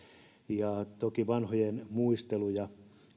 toki vanhojen muisteluja